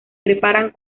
preparan